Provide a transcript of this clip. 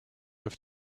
have